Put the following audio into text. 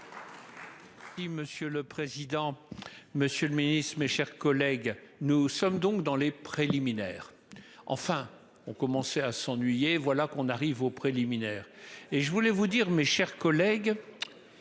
sueur. Monsieur le président. Monsieur le Ministre, mes chers collègues, nous sommes donc dans les préliminaires enfin on commençait à s'ennuyer, voilà qu'on arrive aux préliminaires et je voulais vous dire mes chers collègues.